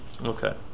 Okay